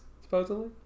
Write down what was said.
supposedly